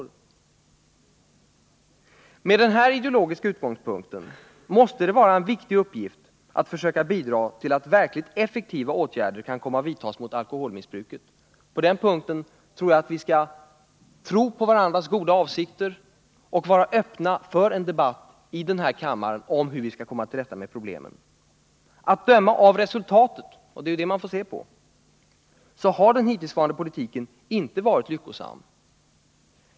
Detta drabbar också allt fler och allt yngre ungdomar. Med denna ideologiska utgångspunkt måste det vara en viktig uppgift att försöka bidra till att verkligt effektiva åtgärder kan komma att vidtas mot alkoholmissbruket. På den punkten skall vi tro på varandras goda avsikter och vara öppna för en debatt i denna kammare om hur vi skall komma till rätta med problemen. Att döma av resultatet — och det är det man får se på — har den hittillsvarande politiken inte varit lyckosam.